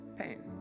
pain